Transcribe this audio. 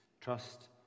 trust